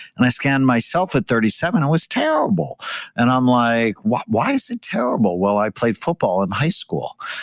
and i scanned myself at thirty seven. i was terrible and i'm like, why why is it terrible? well, i played football in high school.